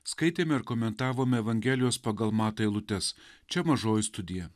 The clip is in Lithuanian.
skaitėme ir komentavome evangelijos pagal matą eilutes čia mažoji studija